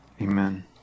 Amen